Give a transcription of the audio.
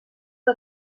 que